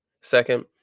Second